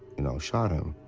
you know, shot him.